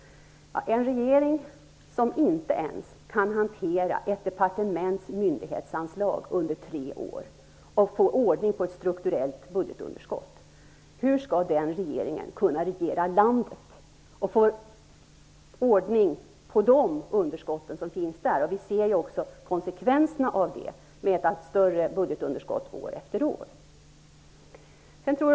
Hur skall en regering som inte ens kan hantera ett departements myndighetsanslag under tre år och få ordning på ett strukturellt budgetunderskott kunna regera landet och få ordning på de underskott som finns på det planet? Vi kan också se konsekvenserna, med större budgetunderskott år efter år.